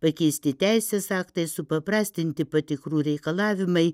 pakeisti teisės aktai supaprastinti patikrų reikalavimai